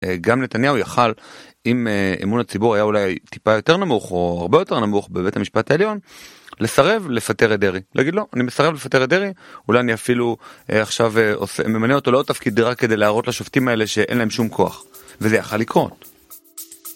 גם נתניהו יכל, אם אמון הציבור היה אולי טיפה יותר נמוך או הרבה יותר נמוך בבית המשפט העליון, לסרב לפטר את דרעי. להגיד לא, אני מסרב לפטר את דרעי, אולי אני אפילו עכשיו ממנה אותו לעוד תפקיד רק כדי להראות לשופטים האלה שאין להם שום כוח. וזה יכל לקרות.